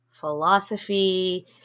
philosophy